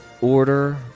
order